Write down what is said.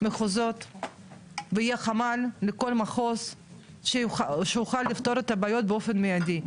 מחוזות ויהיה חמ"ל לכל מחוז שיוכל לפתור את הבעיות באופן מיידי,